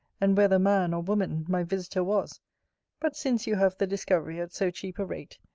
and whether man or woman, my visiter was but since you have the discovery at so cheap a rate,